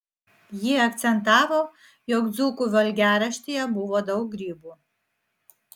ji akcentavo jog dzūkų valgiaraštyje buvo daug grybų